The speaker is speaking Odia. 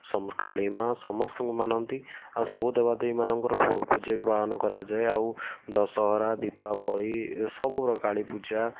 ସବୁ କାଳି ମା ସମସ୍ତଙ୍କୁ ମାନନ୍ତି ଆଉ ସବୁ ଦେବାଦେବୀମାନଙ୍କର ପୂଜା ବି ପାଳନ କରାଯାଏ ଆଉ ଦଶହରା ଦୀପାବଳି ସବୁ ପ୍ରକାର କାଳୀପୂଜା